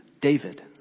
David